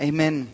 Amen